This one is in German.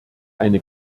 eine